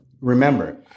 remember